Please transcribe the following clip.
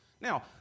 Now